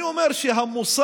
אני אומר שהמושג